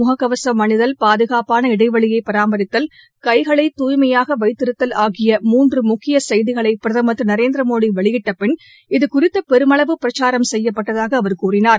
முக கவசம் அணிதல் பாதுனாப்பான இடைவெளியை பராமரித்தல் கைகளை தூய்மையாக வைத்திருத்தல் ஆகிய மூன்று முக்கிய செய்திகளை பிரதமர் திரு நரேந்திரமோடி வெளியிட்ட பின் இது குறித்த பெருமளவு பிரச்சாரம் செய்யப்பட்டதாக அவர் கூறினார்